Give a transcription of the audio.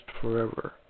forever